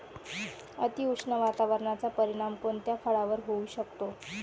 अतिउष्ण वातावरणाचा परिणाम कोणत्या फळावर होऊ शकतो?